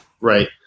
Right